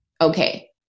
okay